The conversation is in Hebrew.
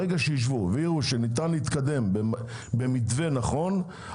ברגע שישבו ויראו שניתן להתקדם במתווה נכון,